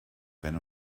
wenn